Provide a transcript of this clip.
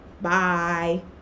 Bye